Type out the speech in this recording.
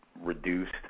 reduced